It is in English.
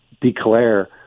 declare